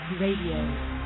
Radio